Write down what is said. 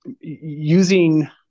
using